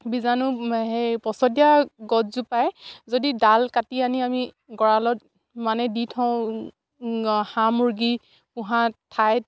বীজাণু সেই পচতীয়া গছজোপাৰ যদি ডাল কাটি আনি আমি গঁৰালত মানে দি থওঁ হাঁহ মুৰ্গী পোঁহা ঠাইত